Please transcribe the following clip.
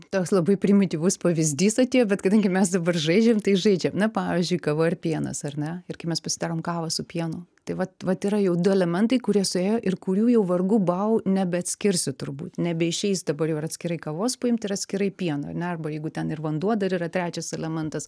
toks labai primityvus pavyzdys atėjo bet kadangi mes dabar žaidžiam tai žaidžiam na pavyzdžiui kava ir pienas ar ne ir kai mes pasidarom kavą su pienu tai vat vat yra jau du elementai kurie suėjo ir kurių jau vargu bau nebeatskirsi turbūt nebeišeis dabar jau ir atskirai kavos paimti ir atskirai pieno ane arba jeigu ten ir vanduo dar yra trečias elementas